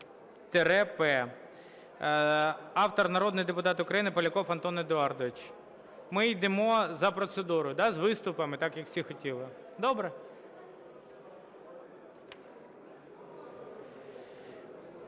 Автор – народний депутат України Поляков Антон Едуардович. Ми йдемо за процедурою, з виступами так, як всі хотіли. Добре.